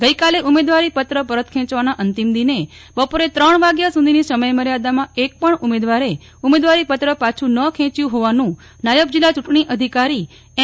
ગઈકાલે ઉમેદવારી પત્ર પરત ખેંચવાના અંતિમ દિને બપોરે ત્રણ વાગ્યા સુધીની સમયમર્યાદામાં એક પણ ઉમેદવારે ઉમેદવારીપત્ર પાછું ન ખેચ્યું હોવાનું નાયબ જીલ્લા ચુંટણી અધિકારી એમ